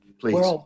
please